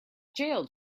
jailed